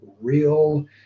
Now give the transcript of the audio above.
real